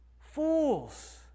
fools